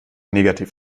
negativ